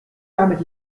damit